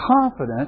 confident